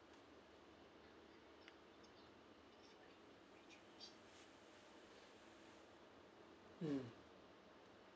mm